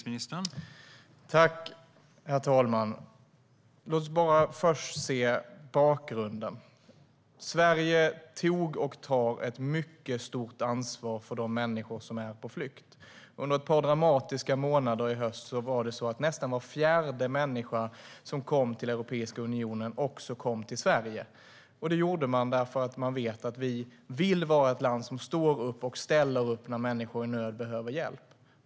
Herr talman! Låt oss bara först se bakgrunden. Sverige tog och tar ett mycket stort ansvar för de människor som är på flykt. Under ett par dramatiska månader i höstas kom nästan var fjärde människa som tagit sig till Europeiska unionen till Sverige. Det gjorde de för att de vet att vi vill vara ett land som ställer upp när människor i nöd behöver hjälp.